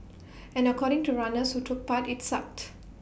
and according to runners who took part IT sucked